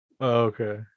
Okay